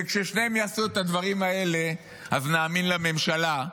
כששניהם יעשו את הדברים האלה, אז נאמין לממשלה.